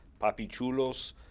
papichulos